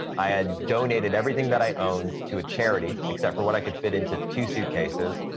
i had donated everything that i owned to a charity except for what i could fit into two suitcases.